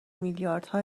میلیاردها